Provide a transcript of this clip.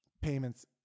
payments